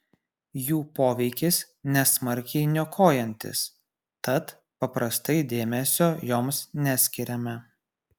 jų poveikis nesmarkiai niokojantis tad paprastai dėmesio joms neskiriame